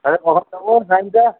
তাহলে কখন যাবো টাইমটা